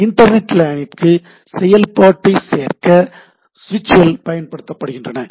internet லேனிற்கு செயல்பாட்டைச் சேர்க்க சுவிட்சுகள் பயன்படுகின்றன